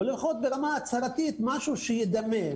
משהו שידמה,